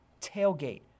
tailgate